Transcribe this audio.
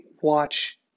watch